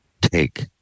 take